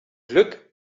glück